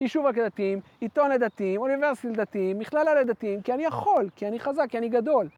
יישוב דתיים, עיתון לדתים, אוניברסיטה דתיים, מכללה לדתים, כי אני יכול, כי אני חזק, כי אני גדול.